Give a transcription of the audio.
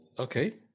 Okay